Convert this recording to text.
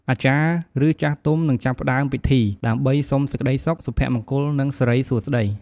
អាចារ្យ ឬចាស់ទុំនឹងចាប់ផ្តើមពិធី ដើម្បីសុំសេចក្តីសុខ សុភមង្គល និងសិរីសួស្តី។